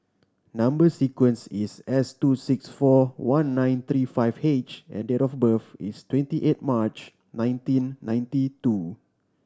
number sequence is S two six four one nine three five H and date of birth is twenty eight March nineteen ninety two